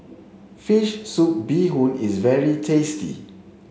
fish soup Bee Hoon is very tasty